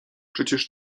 przecież